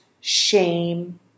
shame